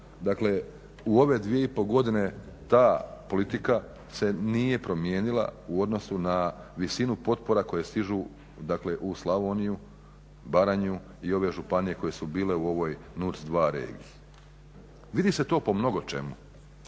dakle u ove dvije i pol godine ta politika se nije promijenila u odnosu na visinu potpora koje stižu dakle u Slavoniju, Baranju i ove županije koje su bile u ovoj NUTS 2 regiji. Vidi se to po mnogo čemu,